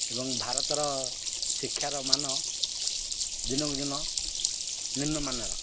ଏବଂ ଭାରତର ଶିକ୍ଷାର ମାନ ଦିନକୁ ଦିନ ନିମ୍ନମାନର